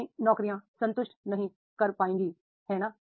पुरानी नौकरियां संतुष्ट नहीं कर पाएंगी है ना